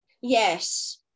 yes